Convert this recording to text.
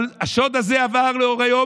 אבל השוד הזה עבר לאור היום.